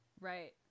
Right